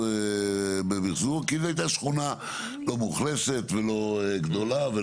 משהו במיחזור כי זו הייתה שכונה לא מאוכלסת ולא גדולה.